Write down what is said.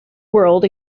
world